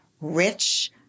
rich